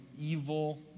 evil